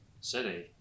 city